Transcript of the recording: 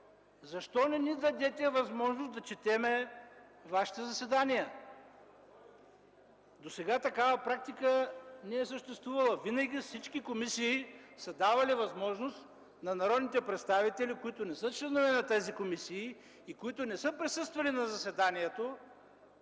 защо не ни дадете възможност да четем Вашите заседания? Досега такава практика не е съществувала. Всички комисии са давали възможност на народните представители, които не са членове на тази комисия и които не са присъствали на заседанието,